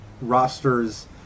rosters